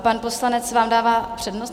Pan poslanec vám dává přednost?